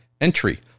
entry